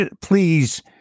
please